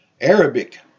Arabic